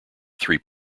three